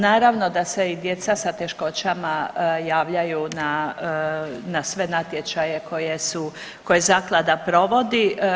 Naravno da se i djeca sa teškoćama javljaju na sve natječaje koje su, koje Zaklada provodi.